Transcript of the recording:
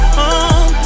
home